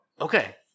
Okay